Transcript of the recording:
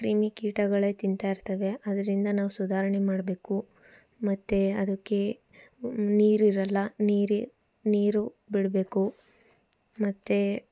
ಕ್ರಿಮಿ ಕೀಟಗಳೆ ತಿಂತಾಯಿರ್ತಾವೆ ಅದರಿಂದ ನಾವು ಸುಧಾರಣೆ ಮಾಡಬೇಕು ಮತ್ತೆ ಅದಕ್ಕೆ ನೀರಿರಲ್ಲ ನೀರು ನೀರು ಬಿಡಬೇಕು ಮತ್ತೆ